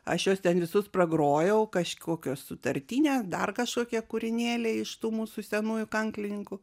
aš juos ten visus pragrojau kažkokios sutartinė dar kažkokie kūrinėliai iš tų mūsų senųjų kanklininkų